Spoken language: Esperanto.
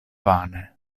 vane